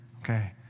Okay